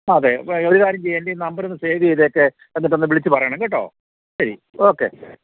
ആ അതേ ഒരു കാര്യം ചെയ്യൂ എന്റെ ഈ നമ്പറൊന്ന് സേവ് ചെയ്തേക്കെ എന്നിട്ട് ഒന്നു വിളിച്ചുപറയണം കേട്ടോ ശരി ഓക്കെ